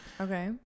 Okay